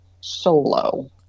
Solo